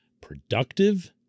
productive